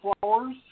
Flowers